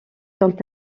quant